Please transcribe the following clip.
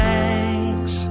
thanks